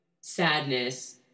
sadness